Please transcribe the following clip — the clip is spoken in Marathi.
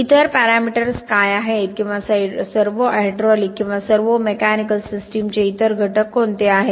इतर पॅरामीटर्स काय आहेत किंवा सर्वो हायड्रॉलिक किंवा सर्वो मेकॅनिकल सिस्टमचे इतर घटक कोणते आहेत